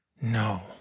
no